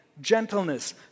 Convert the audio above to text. gentleness